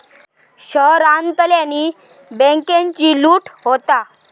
शहरांतल्यानी बॅन्केची लूट होता